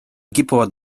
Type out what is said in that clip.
kipuvad